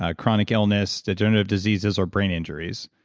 ah chronic illness, degenerative diseases or brain injuries.